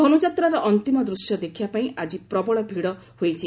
ଧନୁଯାତ୍ରାର ଅନ୍ତିମ ଦୂଶ୍ୟ ଦେଖିବା ପାଇଁ ଆଜି ପ୍ରବଳ ଭିଡ଼ ହୋଇଛି